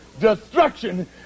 destruction